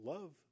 Love